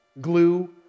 glue